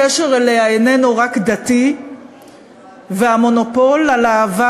הקשר אליה איננה רק דתי והמונופול על האהבה